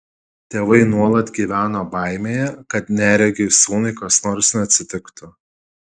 tėvai nuolat gyveno baimėje kad neregiui sūnui kas nors neatsitiktų